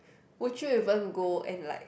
would you even go and like